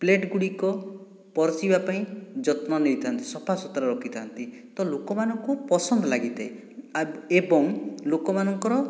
plate ଗୁଡ଼ିକ ପରଷିବା ପାଇଁ ଯତ୍ନ ନେଇଥାଆନ୍ତି ସଫା ସୁତୁରା ରଖି ଥା'ନ୍ତି ତ' ଲୋକମାନଙ୍କୁ ପସନ୍ଦ ଲାଗିଥାଏ ଏବଂ ଲୋକମାନଙ୍କର